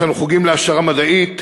יש לנו חוגים להעשרה מדעית.